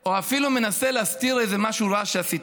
או אפילו מנסה להסתיר איזה משהו רע שעשיתי.